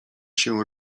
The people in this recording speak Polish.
się